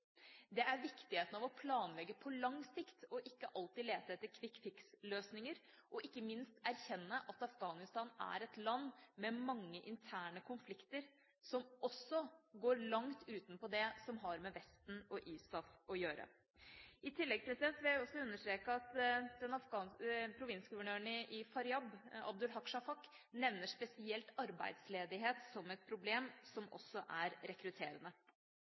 det er viktigheten av å planlegge på lang sikt og ikke alltid lete etter «quick fix»-løsninger og, ikke minst, erkjenne at Afghanistan er et land med mange interne konflikter, som også går langt utenpå det som har med Vesten og ISAF å gjøre. I tillegg vil jeg også understreke at provinsguvernøren i Faryab, Abdul Haq Shafaq, nevner spesielt arbeidsledighet som et problem, og som også er rekrutterende.